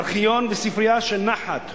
ארכיון וספרייה של נח"ת,